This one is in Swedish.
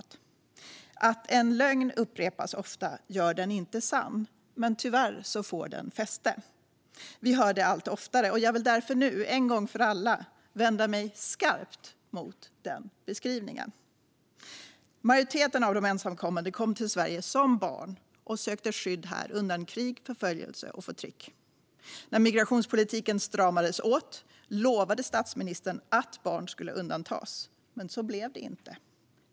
Att en lögn upprepas ofta gör den inte sann. Men tyvärr får den fäste. Vi hör detta allt oftare. Jag vill därför nu, en gång för alla, vända mig skarpt mot den beskrivningen. Majoriteten av de ensamkommande kom till Sverige som barn och sökte skydd här undan krig, förföljelse och förtryck. När migrationspolitiken stramades åt lovade statsministern att barn skulle undantas. Men så blev det inte.